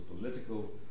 political